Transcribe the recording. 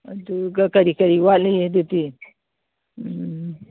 ꯑꯗꯨꯒ ꯀꯔꯤ ꯀꯔꯤ ꯋꯥꯠꯂꯤ ꯑꯗꯨꯗꯤ